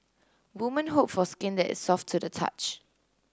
woman hope for skin that is soft to the touch